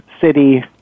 city